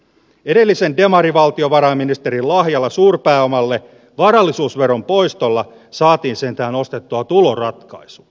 edellisen demarivaltiovarainministerin lahjalla suurpääomalle varallisuusveron poistolla saatiin sentään ostettua tuloratkaisu